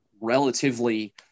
relatively